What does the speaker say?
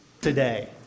today